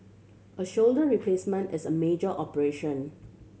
a shoulder replacement is a major operation